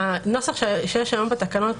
הנוסח שיש היום בתקנות,